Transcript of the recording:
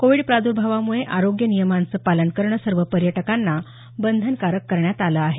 Covid प्रादुर्भावामुळे आरोग्य नियमांचं पालन करणं सर्व पर्यटकांना बंधनकारक करण्यात आलं आहे